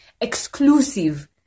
exclusive